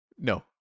no